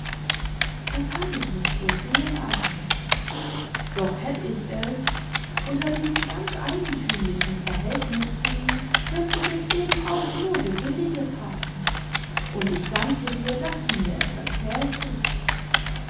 das hab ich nicht gesehen agnes doch hätt ich es unter diesen ganz eigenthümlichen verhältnissen könnt ich es eben auch nur gebilliget haben und ich danke dir daß du mir es erzähltest